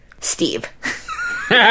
Steve